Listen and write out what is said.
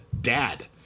Dad